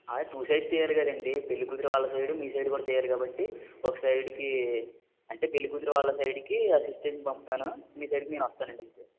అదే two sides చేయాలి కదండీ పెళ్ళి కూతురు వాళ్ళ సైడ్ మీ సైడ్ కూడా కూడా చేయాలి కాబట్టి ఒక సైడ్కి అంటే పెళ్ళి కూతురు వాళ్ళ సైడ్కి అసిస్టెంట్ని పంపుతాను మీ సైడ్కి నేను వస్తాను అండి ఐతే